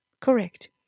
Correct